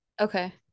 okay